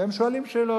והם שואלים שאלות,